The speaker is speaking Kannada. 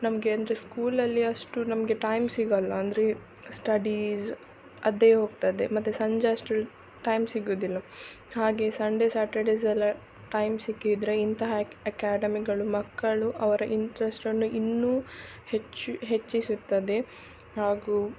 ನಮಗೆ ಅಂದರೆ ಸ್ಕೂಲಲ್ಲಿ ಅಷ್ಟು ನಮಗೆ ಟೈಮ್ ಸಿಗೋಲ್ಲ ಅಂದರೆ ಸ್ಟಡೀಸ್ ಅದೇ ಹೋಗ್ತದೆ ಮತ್ತು ಸಂಜೆ ಅಷ್ಟ್ರಲ್ಲಿ ಟೈಮ್ ಸಿಗುವುದಿಲ್ಲ ಹಾಗೆ ಸಂಡೆ ಸಾಟರ್ಡೇಸ್ ಎಲ್ಲ ಟೈಮ್ ಸಿಕ್ಕಿದರೆ ಇಂತಹ ಎಕ್ಯಾಡೆಮಿಗಳು ಮಕ್ಕಳು ಅವರ ಇಂಟ್ರಸ್ಟನ್ನು ಇನ್ನೂ ಹೆಚ್ಚು ಹೆಚ್ಚಿಸುತ್ತದೆ ಹಾಗೂ